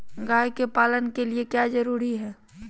गाय के पालन के लिए क्या जरूरी है?